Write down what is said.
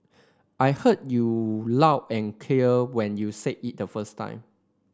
I heard you loud and clear when you said it the first time